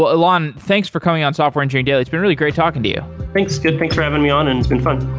but ilan, thanks for coming on software engineering daily. it's been really great talking to you thanks. thanks for having me on, and it's been fun.